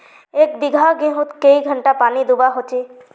एक बिगहा गेँहूत कई घंटा पानी दुबा होचए?